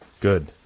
Good